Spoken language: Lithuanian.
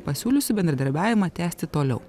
pasiūliusi bendradarbiavimą tęsti toliau